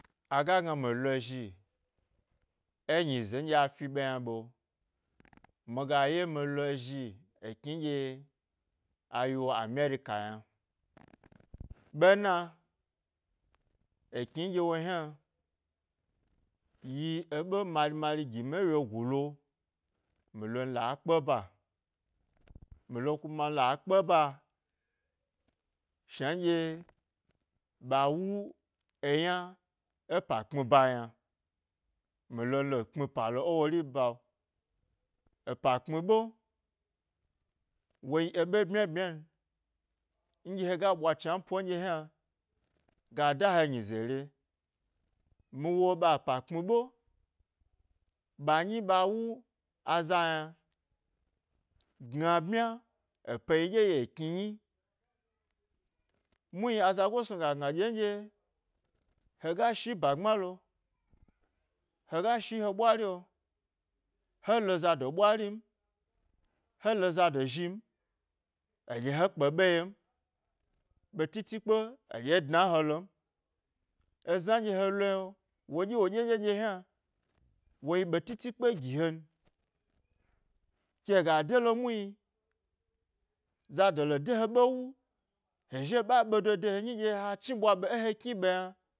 Aga gna mi lo zhi enyi yna nɗye a fi ɓe yna ɓe, miga ye milo zhi, ekni nɗye ayi america yna ɓe na, ekni nɗye wo hna, yi eɓe mari marigini e wyegu lo, mi lo kpe ba, milo kuna nla kpeba shna nɗye ɓa wu eyna e ipa kpmi ba yna mi lo mi lo lapmi palo ewori ba, epa kpmi ɓe, wayi eɓe bmya bmyan nɗye hega ɓwa chnanpo nɗye yna ga da he nyizere mi wo ɓa epa kpmibe, ɓanyi ɓa wu aza yna gna bmya e pe yiɗye yi ekni nyi mulmi azago sni ɓa gna ɗye nɗye hega shi ba gbmalo, hega shi he ɓwari'o he lo zado ɓwarin, helo za zhin eɗye he kpe ɓe yem, ɓe titi kpe eɗye e dna ke lom ezna nɗye helo, wo ɗye woɗye ɗye ɗye yna woyi ɓe teti kpe gi hen ke ga delo muni zado lo de ha ɓe wu he zhi he ɓa ɓedo de henyi ha chni ɓwa ɓe e ha kni ɓe yna